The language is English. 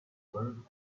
bird